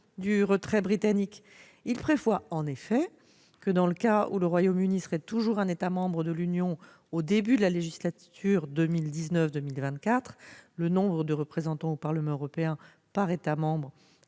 de son annulation. Il prévoit en effet que, dans le cas où le Royaume-Uni ferait toujours partie de l'Union au début de la législature 2019-2024, le nombre de représentants au Parlement européen par État membre